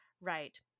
right